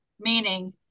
meaning